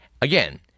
again